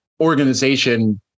organization